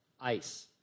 ICE